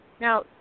now